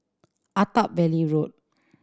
Attap Valley Road